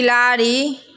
बिलाड़ि